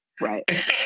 Right